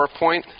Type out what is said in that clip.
PowerPoint